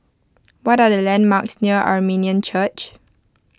what are the landmarks near Armenian Church